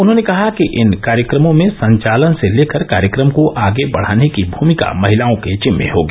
उन्होंने कहा कि इन कार्यक्रमों में संचालन से लेकर कार्यक्रम को आगे बढाने की भुमिका महिलाओं के जिम्मे होगी